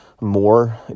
more